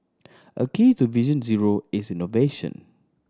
a key to Vision Zero is innovation